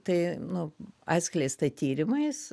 tai nu atskleista tyrimais